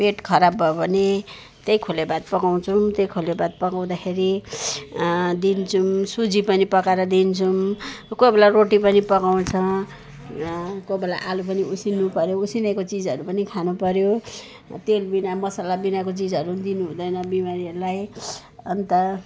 पेट खराब भयो भने त्यही खोलेभात पकाउँछौँ त्यही खोलेभात पकाउँदाखेरि दिन्छौँ सुजी पनि पकाएर दिन्छौँ कोहीबेला रोटी पनि पकाउँछ कोहीबेला आलु पनि उसिन्नु पर्यो उसिनेको चिजहरू पनि खान पर्यो तेल बिना मसला बिनाको चिजहरू दिनु हुँदैन बिमारीहरूलाई अनि त